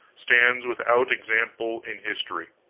stands without example in history.